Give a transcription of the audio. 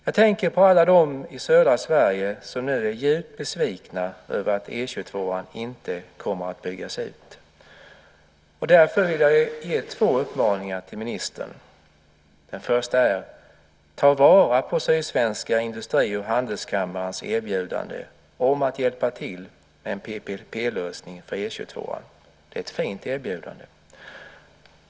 Jag tänker på alla dem i södra Sverige som nu är djupt besvikna över att E 22 inte kommer att byggas ut. Därför vill jag ge två uppmaningar till ministern. Den första är: Ta vara på sydsvenska industriers och handelskammarens erbjudande om att hjälpa till med en PPP-lösning för E 22! Det är ett fint erbjudande.